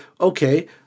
okay